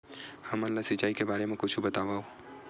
हमन ला सिंचाई के बारे मा कुछु बतावव?